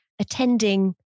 attending